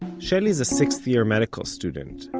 shelly's a sixth year medical student,